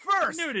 first